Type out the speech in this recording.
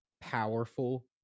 powerful